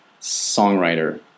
songwriter